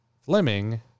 Fleming